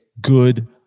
good